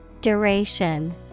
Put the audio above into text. Duration